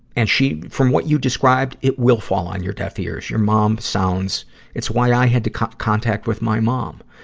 and she, from what you described, it will fall on your deaf ears. your mom sounds it's why i had to cut contact with my mom.